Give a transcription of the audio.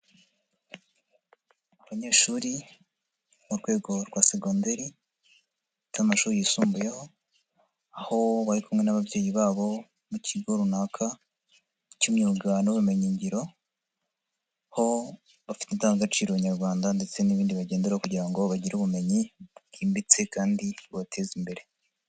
Abanyeshuri mu rwego rwa segonderi cy'amashuri yisumbuyeho aho bari kumwe n'ababyeyi babo mu kigo runaka cy'imyuga n'ubumenyi ngiro ho bafite indangagaciro nyarwanda ndetse n'ibindi bagendera kugira ngo bagire ubumenyi bwimbitse kandi bubateze imbere.